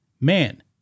man